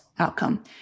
outcome